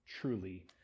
truly